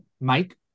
Mike